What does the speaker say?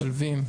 משלבים,